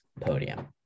podium